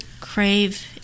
crave